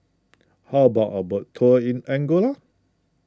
how about a boat tour in Angola